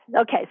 Okay